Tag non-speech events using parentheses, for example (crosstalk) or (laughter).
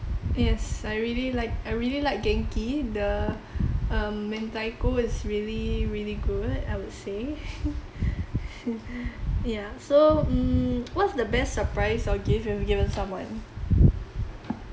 yes I really like I really like genki the um mentaiko is really really good I would say (laughs) ya so mm so what's the best surprise or gift you've given someone